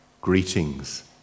greetings